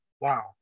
wow